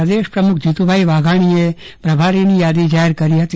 પ્રદેશ પ્રમુખ જીતુભાઈ વાઘાણીએ પ્રભારીની યાદી જાહેર કરી હતી